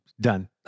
Done